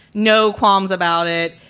no qualms about it.